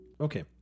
Okay